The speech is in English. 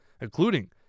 including